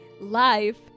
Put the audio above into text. life